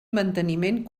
manteniment